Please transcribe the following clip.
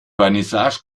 vernissage